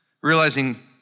realizing